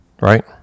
right